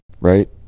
Right